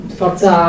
forza